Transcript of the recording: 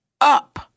up